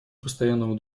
постоянного